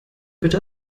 bitte